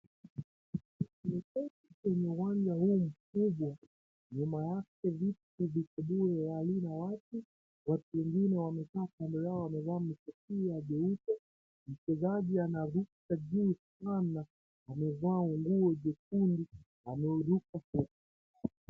Ni sehemu yenye uwanja huu mkubwa, na mahali lina vikalio alina watu watu wengine wamekaa kando yao wamevaa kofia jeupe. Mchezaji anaruka juu sana, amevaa nguo jekundu ameiruka kwa ..